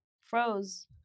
froze